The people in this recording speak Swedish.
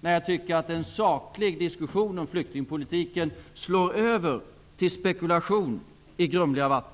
när jag tycker att en saklig diskussion om flyktingpolitiken slår över i spekulation i grumliga vatten.